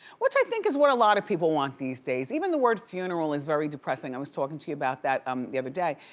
which i think is what a lot of people want these days. even the word funeral is very depressing. i was talking to you about that um the other day.